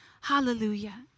Hallelujah